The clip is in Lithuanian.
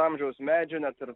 amžiaus medžių net ir